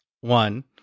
one